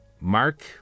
Mark